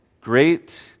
Great